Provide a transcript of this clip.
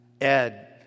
Ed